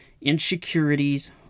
Insecurities